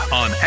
on